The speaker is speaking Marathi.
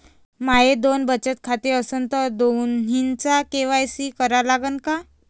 माये दोन बचत खाते असन तर दोन्हीचा के.वाय.सी करा लागन का?